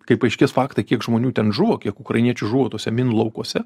kai paaiškės faktai kiek žmonių ten žuvo kiek ukrainiečių žuvo tuose minų laukuose